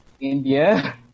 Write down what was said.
India